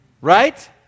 Right